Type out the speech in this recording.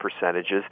percentages